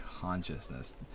consciousness